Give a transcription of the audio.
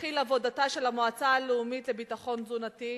תתחיל עבודתה של המועצה הלאומית לביטחון תזונתי,